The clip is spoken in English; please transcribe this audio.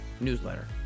newsletter